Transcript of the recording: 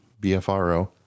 BFRO